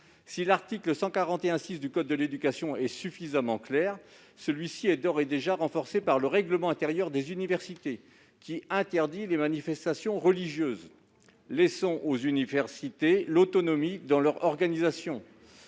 Si l'article L. 141-6 du code de l'éducation est suffisamment clair, celui-ci est d'ores et déjà renforcé par le règlement intérieur des universités qui interdit les manifestations religieuses. Laissons aux universités l'autonomie dans leur organisation.